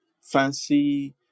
fancy